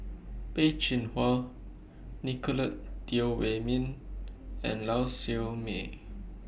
Peh Chin Hua Nicolette Teo Wei Min and Lau Siew Mei